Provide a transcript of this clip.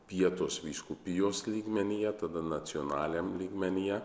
pietos vyskupijos lygmenyje tada nacionaliniam lygmenyje